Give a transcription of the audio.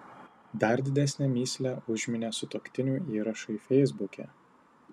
dar didesnę mįslę užminė sutuoktinių įrašai feisbuke